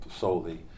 solely